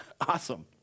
awesome